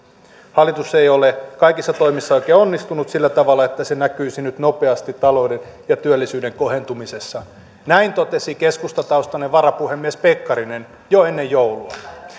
hallitus ei ole kaikissa toimissa oikein onnistunut sillä tavalla että se näkyisi nyt nopeasti talouden ja työllisyyden kohentumisessa näin totesi keskustataustainen varapuhemies pekkarinen jo ennen joulua